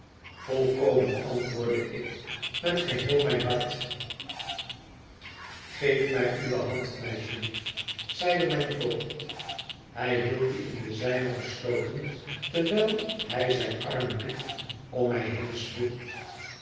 volkomen antwoordde ik met geheel mijn hart geef mij uwe hand meisjelief zeide mijn voogd hij hield die in de zijne gesloten terwijl hij zijn arm licht om mij